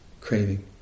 craving